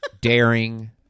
Daring